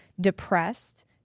depressed